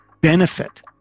benefit